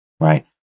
Right